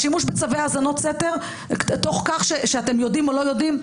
השימוש בצווי האזנות סתר תוך כך שאתם יודעים או לא יודעים,